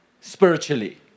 Spiritually